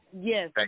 Yes